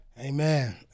Amen